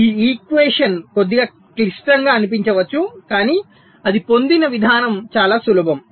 ఈ ఈక్వెషన్ కొద్దిగా క్లిష్టంగా అనిపించవచ్చు కానీ అది పొందిన విధానం చాలా సులభం